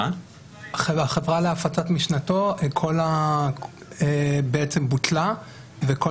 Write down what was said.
החברה להפצת משנתו בעצם בוטלה וכל